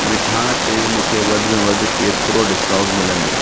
मिठाण ते मूंखे वधि में वधि केतिरो डिस्काउंट मिलंदो